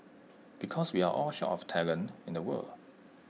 because we are all short of talent in the world